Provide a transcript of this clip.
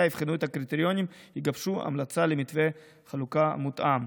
יבחנו את הקריטריונים ויגבשו המלצה למתווה חלוקה מותאם.